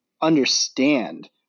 understand